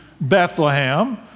Bethlehem